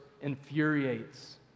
infuriates